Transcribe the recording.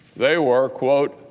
they were